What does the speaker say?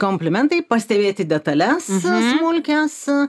komplimentai pastebėti detales smulkias